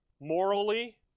morally